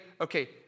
okay